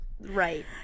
right